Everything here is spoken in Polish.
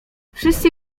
wszyscy